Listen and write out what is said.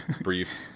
brief